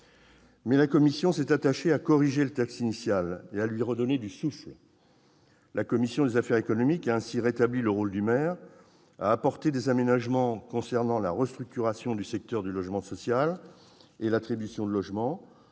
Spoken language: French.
étant, la commission s'est attachée à corriger le texte initial et à lui redonner du souffle. La commission des affaires économiques a ainsi rétabli le rôle du maire, a apporté des aménagements concernant la restructuration du secteur du logement social et l'attribution de logements,